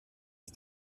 ist